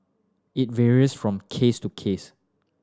it varies from case to case